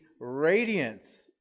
radiance